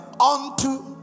unto